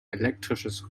elektrisches